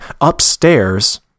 upstairs